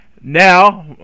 Now